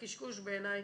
קשקוש בעיניי.